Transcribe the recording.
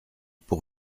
pour